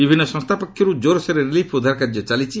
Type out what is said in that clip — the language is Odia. ବିଭିନ୍ନ ସଂସ୍ଥା ପକ୍ଷରୁ ଜୋର୍ସୋର୍ରେ ରିଲିଫ ଓ ଉଦ୍ଧାରକାର୍ଯ୍ୟ ଚାଲିଛି